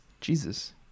Jesus